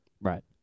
Right